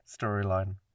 storyline